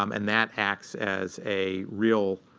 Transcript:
um and that acts as a real